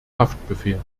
haftbefehl